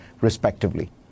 respectively